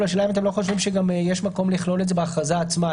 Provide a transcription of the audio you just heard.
אבל השאלה אם אתם לא חושבים שגם יש מקום לכלול את זה בהכרזה עצמה,